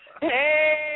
Hey